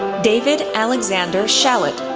david alexander shalat,